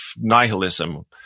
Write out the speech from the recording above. nihilism